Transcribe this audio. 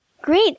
Great